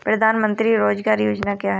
प्रधानमंत्री रोज़गार योजना क्या है?